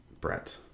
Brett